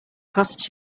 costs